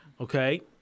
Okay